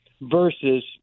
versus